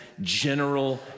general